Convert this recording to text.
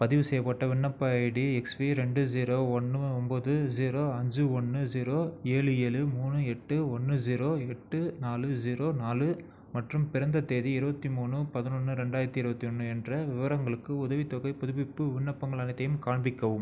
பதிவுசெய்யப்பட்ட விண்ணப்ப ID XV ரெண்டு ஜீரோ ஒன்று ஒன்போது ஜீரோ அஞ்சு ஒன்று ஜீரோ ஏழு ஏழு மூணு எட்டு ஒன்று ஜீரோ எட்டு நாலு ஜீரோ நாலு மற்றும் பிறந்த தேதி இருபத்தி மூணு பதினொன்று ரெண்டாயிரத்தி இருபத்தி ஒன்று என்ற விவரங்களுக்கு உதவித்தொகைப் புதுப்பிப்பு விண்ணப்பங்கள் அனைத்தையும் காண்பிக்கவும்